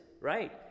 right